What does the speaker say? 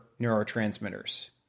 neurotransmitters